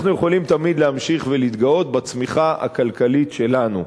אנחנו יכולים להמשיך ולהתגאות בצמיחה הכלכלית שלנו,